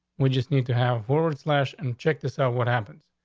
we just need to have forward slash and check this out. what happens?